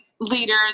leaders